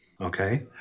okay